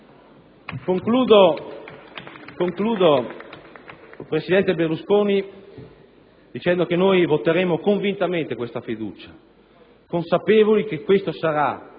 Concludo, presidente Berlusconi, dicendo che noi voteremo convintamente la fiducia, consapevoli che questo sarà